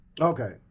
Okay